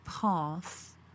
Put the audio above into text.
path